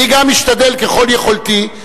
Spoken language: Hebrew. אני גם משתדל ככל יכולתי,